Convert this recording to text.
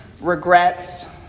regrets